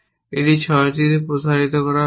এটি 6টি প্রসারিত করা হয়েছে